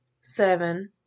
seven